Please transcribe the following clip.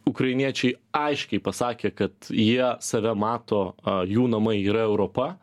ukrainiečiai aiškiai pasakė kad jie save mato jų namai yra europa